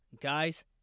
Guys